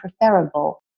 preferable